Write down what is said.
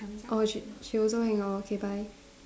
orh she she also hang up okay bye